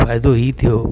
फ़ाइदो हीउ थेयो